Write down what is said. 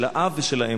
של האב ושל האם.